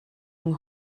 yng